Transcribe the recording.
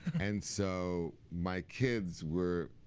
and so my kids were,